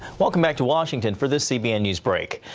welcome back to washington for this cbn newsbreak.